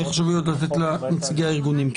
אנחנו רוצים לשמוע את נציגי הארגונים.